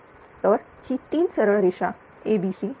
तर ही तीन सरळ रेषा abc चरण